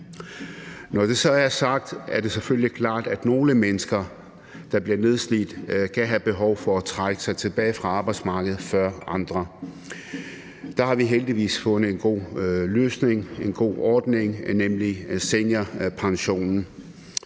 Når det så er sagt, er det selvfølgelig klart, at nogle mennesker, der bliver nedslidt, kan have behov for at trække sig tilbage fra arbejdsmarkedet før andre. Der har vi heldigvis fundet en god løsning, en god ordning, nemlig seniorpensionen.